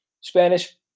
Spanish